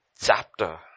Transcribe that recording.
chapter